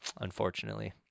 Unfortunately